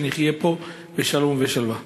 שנחיה פה בשלום ובשלווה.